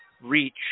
reach